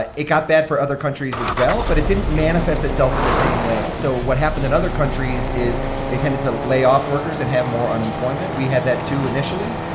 ah it got bad for other countries, as well, but it didn't manifest itself in the same way so what happened in other countries is they tended to lay off workers and have more unemployment. we had that, too, initially.